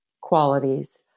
qualities